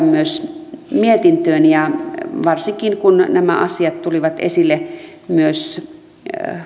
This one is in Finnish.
myös mietintöön varsinkin kun nämä asiat tulivat esille myös